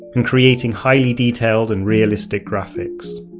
and creating highly detailed and realistic graphics.